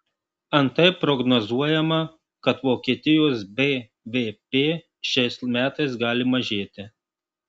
antai prognozuojama kad vokietijos bvp šiais metais gali mažėti